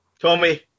Tommy